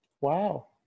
Wow